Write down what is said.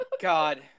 God